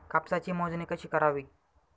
कापसाची मोजणी कशी करावी?